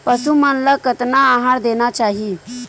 पशु मन ला कतना आहार देना चाही?